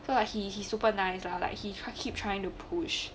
so he he super nice lah like he he trying to push